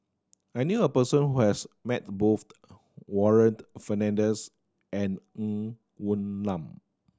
I knew a person who has met both Warren Fernandez and Ng Woon Lam